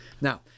Now